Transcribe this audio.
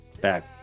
back